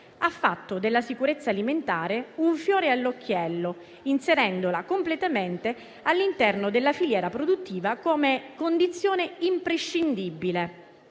ha fatto della sicurezza alimentare un fiore all'occhiello, inserendola completamente all'interno della filiera produttiva come condizione imprescindibile.